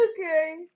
Okay